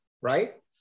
right